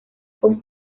con